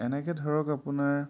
এনেকৈ ধৰক আপোনাৰ